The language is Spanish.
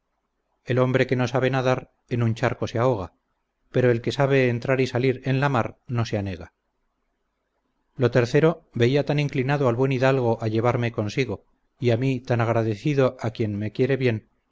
el hombre que no sabe nadar en un charco se ahoga pero el que sabe entrar y salir en la mar no se anega lo tercero veía tan inclinado al buen hidalgo a llevarme consigo y a mí tan agradecido a quien me quiere bien